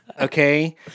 Okay